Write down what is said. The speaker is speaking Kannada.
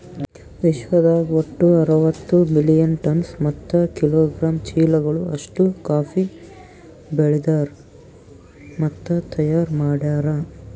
ವಿಶ್ವದಾಗ್ ಒಟ್ಟು ಅರವತ್ತು ಮಿಲಿಯನ್ ಟನ್ಸ್ ಮತ್ತ ಕಿಲೋಗ್ರಾಮ್ ಚೀಲಗಳು ಅಷ್ಟು ಕಾಫಿ ಬೆಳದಾರ್ ಮತ್ತ ತೈಯಾರ್ ಮಾಡ್ಯಾರ